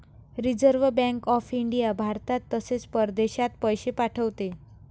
reserve bank of India भारतात तसेच परदेशात पैसे पाठवते